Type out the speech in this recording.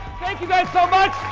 thank you guys so much!